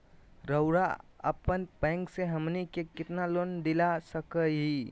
रउरा अपन बैंक से हमनी के कितना लोन दिला सकही?